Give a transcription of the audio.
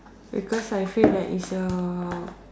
because I feel that is a